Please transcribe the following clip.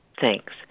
Thanks